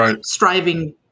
striving